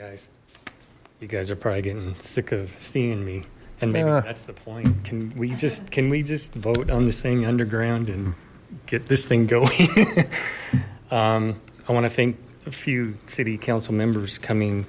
you you guys are probably getting sick of seeing me and that's the point can we just can we just vote on the same underground and get this thing going i want to thank a few city council members coming